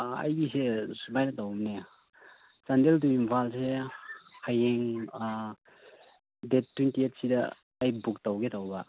ꯑꯩꯒꯤꯁꯦ ꯁꯨꯃꯥꯏꯅ ꯇꯧꯕꯅꯦ ꯆꯥꯟꯗꯦꯜ ꯇꯨ ꯏꯝꯐꯥꯜꯁꯦ ꯍꯌꯦꯡ ꯗꯦꯠ ꯇ꯭ꯋꯦꯟꯇꯤ ꯊ꯭ꯔꯤꯗ ꯑꯩ ꯕꯨꯛ ꯇꯧꯒꯦ ꯇꯧꯕ